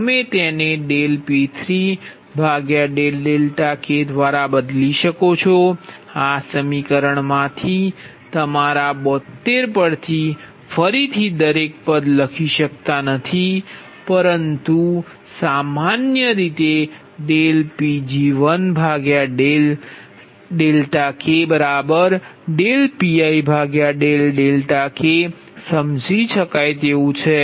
તમે તેને P2k દ્વારા બદલી શકો છો આ સમીકરણમાંથી તમારા 72 પર થી ફરીથી દરેક પદ લખી શકતા નથી પરંતુ સામાન્ય રીતે PgikPik સમજી શકાય તેવું છે